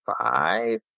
five